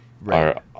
Right